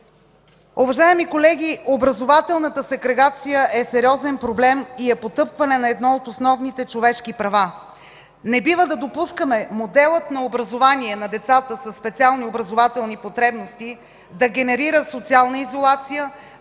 Уважаеми колеги, образователната сегрегация е сериозен проблем и е потъпкване на едно от основните човешки права. Не бива да допускаме моделът на образование на децата със специални образователни потребности да генерира социална изолация,